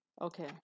Okay